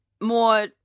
more